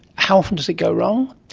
how often does it go wrong?